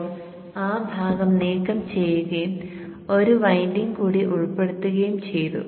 ഇപ്പോൾ ആ ഭാഗം നീക്കം ചെയ്യുകയും ഒരു വിൻഡിംഗ് കൂടി ഉൾപ്പെടുത്തുകയും ചെയ്തു